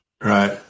Right